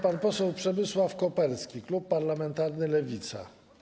Pan poseł Przemysław Koperski, klub parlamentarny Lewica.